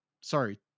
sorry